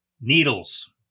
needles